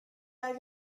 are